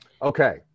Okay